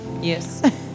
Yes